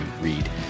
read